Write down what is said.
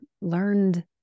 learned